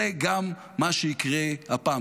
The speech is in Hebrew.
זה גם מה שיקרה הפעם.